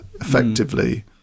effectively